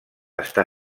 està